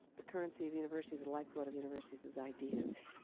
the currency of universities, the lifeblood of universities is ideas.